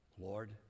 Lord